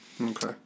Okay